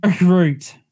Root